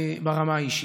ברמת האישית.